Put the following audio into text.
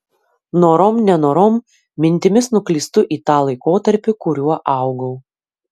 norom nenorom mintimis nuklystu į tą laikotarpį kuriuo augau